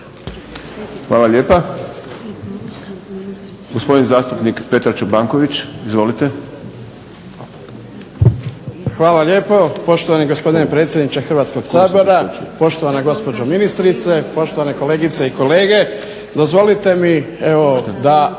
Hvala lijepa. Gospodin zastupnik Petar Čobanković. Izvolite. **Čobanković, Petar (HDZ)** Hvala lijepo poštovani gospodine predsjedniče Hrvatskog sabora, poštovana gospođo ministrice, poštovane kolegice i kolege. Dozvolite mi da